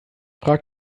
frage